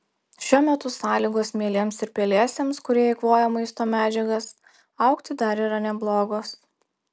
šiuo metu sąlygos mielėms ir pelėsiams kurie eikvoja maisto medžiagas augti dar yra neblogos